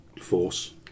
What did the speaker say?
force